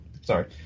Sorry